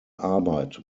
arbeit